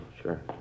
sure